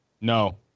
No